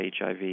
HIV